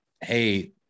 Hey